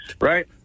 Right